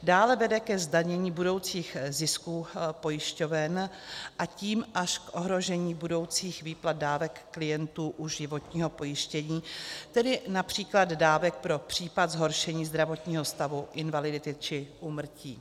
Dále vede ke zdanění budoucích zisků pojišťoven, a tím až k ohrožení budoucích výplat dávek klientů u životního pojištění, tedy například dávek pro případ zhoršení zdravotního stavu, invalidity či úmrtí.